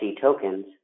tokens